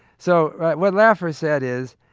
so what laffer said is,